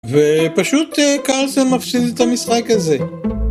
ופשוט קרסל מפסיד את המשחק הזה